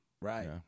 right